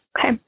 Okay